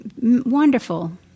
wonderful